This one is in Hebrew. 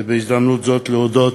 ובהזדמנות זו להודות